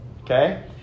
okay